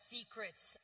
Secrets